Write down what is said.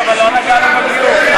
לא, גם תפוצות, אבל לא נגענו בגיור.